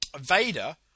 Vader